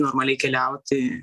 normaliai keliauti